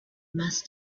must